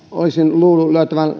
olisin luullut löytyvän